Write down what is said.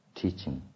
teaching